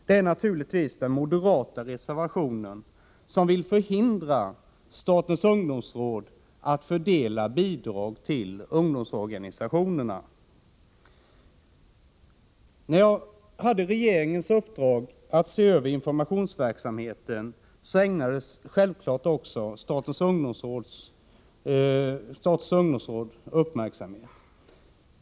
Det är den moderata reservationen, som vill förhindra statens ungdomsråd att fördela bidrag till ungdomsorganisationerna. När jag hade regeringens uppdrag att se över informationsverksamheten ägnades självfallet uppmärksamhet också åt statens ungdomsråd.